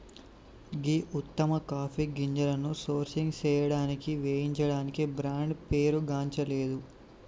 గీ ఉత్తమ కాఫీ గింజలను సోర్సింగ్ సేయడానికి వేయించడానికి బ్రాండ్ పేరుగాంచలేదు